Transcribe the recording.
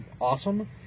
awesome